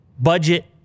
budget